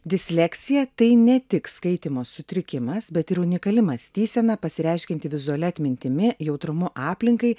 disleksija tai ne tik skaitymo sutrikimas bet ir unikali mąstysena pasireiškianti vizualia atmintimi jautrumu aplinkai